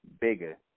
bigger